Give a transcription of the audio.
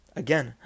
again